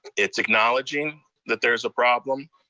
it's acknowledging that there's a problem,